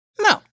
no